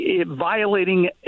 violating